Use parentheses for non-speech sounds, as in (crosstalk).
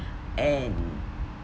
(breath) and